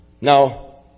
Now